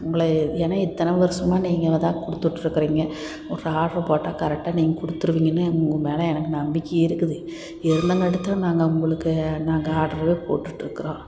உங்களை ஏன்னா இத்தனை வருஷமா நீங்கள் தான் கொடுத்து விட்டுருக்குறீங்க ஒரு ஆட்ரை போட்டால் கரெக்டாக நீங்கள் கொடுத்துடுவீங்கன்னு உங்கள் மேலே எனக்கு நம்பிக்கை இருக்குது இருந்தங்கடுத்து நாங்கள் உங்களுக்கு நாங்கள் ஆட்ரு போட்டுகிட்டு இருக்கிறோம்